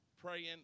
praying